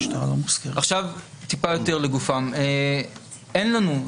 צריך להגיד,